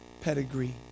pedigree